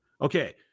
Okay